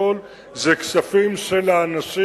הכול זה כספים של האנשים,